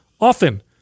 often